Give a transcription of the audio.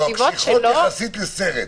לא, קשיחות יחסית לסרט.